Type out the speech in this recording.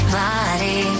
body